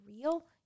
real